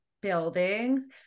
buildings